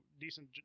decent